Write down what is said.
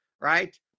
right